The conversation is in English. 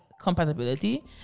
compatibility